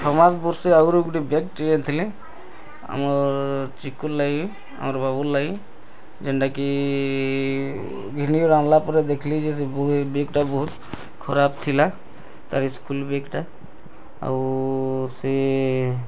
ଛଅ ମାସ୍ ବର୍ଷେ ଆଗରୁ ଗୁଟେ ବେଗ୍ଟେ ଆଣିଥିଲି ଆମର୍ ଚିକୁର୍ ଲାଗି ଆର୍ ବବୁର୍ ଲାଗି ଯେନ୍ତା କି ଦିଲ୍ଲୀ ରୁ ଆଣିଲା ପରେ ଦେଖଲି ଯେ ସେ ବୁଗ ଏ ବେଗ୍ ଟା ବହୁତ୍ ଖରାପ୍ ଥିଲା ତା'ର୍ ସ୍କୁଲ୍ ବେଗ୍ଟା ଆଉ ସେ